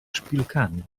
szpilkami